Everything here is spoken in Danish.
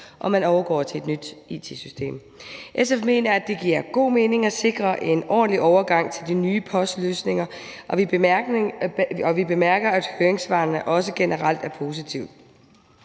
og man overgår til et nyt it-system. SF mener, at det giver god mening at sikre en ordentlig overgang til den nye postløsning, og vi bemærker, at høringssvarene også generelt er positive.